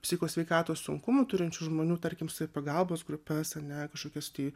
psicho sveikatos sunkumų turinčių žmonių tarkim savipagalbos grupes ane kažkokias tai